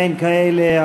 אין כאלה.